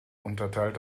unterteilt